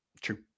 True